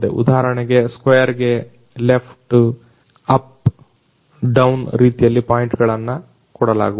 ಉದಾಹರಣೆಗೆ ಸ್ಕ್ವಯರ್ ಗೆ left up down ರೀತಿಯಲ್ಲಿ ಪಾಯಿಂಟ್ಗಳನ್ನು ಕೊಡಲಾಗುವುದು